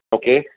okay